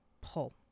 pull